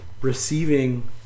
receiving